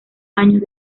años